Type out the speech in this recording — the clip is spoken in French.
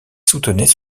soutenait